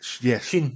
Yes